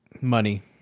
Money